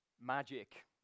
magic